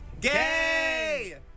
Gay